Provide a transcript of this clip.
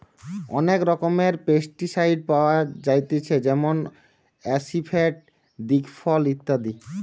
অনেক রকমের পেস্টিসাইড পাওয়া যায়তিছে যেমন আসিফেট, দিকফল ইত্যাদি